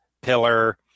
pillar